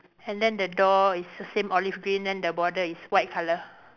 and then the door is the same olive green then the border is white colour